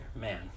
man